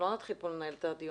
אנחנו לא נתחיל לנהל כאן את הדיון.